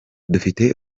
dufite